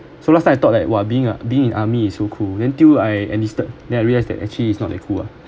so last time I thought like !wah! being ah being in army is so cool then till I enlisted then I realise that actually is not that cool ah